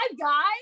Guys